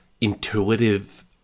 Intuitive